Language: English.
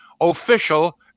official